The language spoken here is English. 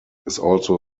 similar